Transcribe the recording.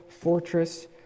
fortress